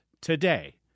today